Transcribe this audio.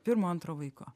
pirmo antro vaiko